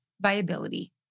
viability